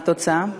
מה התוצאה?